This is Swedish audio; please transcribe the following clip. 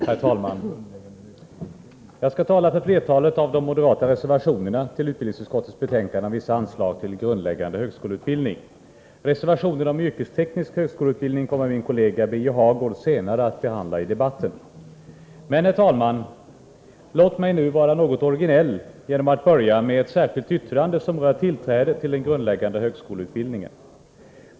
Herr talman! Jag skall tala för flertalet av de moderata reservationerna till utbildningsutskottets betänkande om vissa anslag till grundläggande högskoleutbildning. Reservationen om yrkesteknisk högskoleutbildning kommer min kollega Birger Hagård att behandla senare i debatten. Men, herr talman, låt mig nu vara något originell genom att börja med ett särskilt yttrande, som rör tillträdet till den grundläggande högskoleutbildningen.